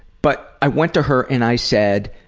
but i went to her and i said